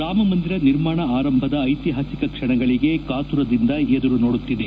ರಾಮ ಮಂದಿರ ನಿರ್ಮಾಣ ಆರಂಭದ ಐತಿಹಾಸಿಕ ಕ್ಷಣಗಳಿಗೆ ಕಾತುರದಿಂದ ಎದುರು ನೋಡುತ್ತಿದೆ